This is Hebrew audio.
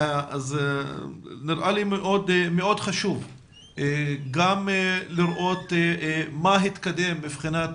נראה לי מאוד חשוב גם לראות מה התקדם מבחינת